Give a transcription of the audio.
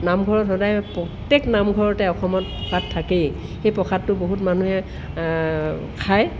নামঘৰত সদায় প্ৰত্যেক নামঘৰতে অসমত প্ৰসাদ থাকেই সেই প্ৰসাদটো বহুত মানুহে খায়